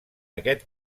aquest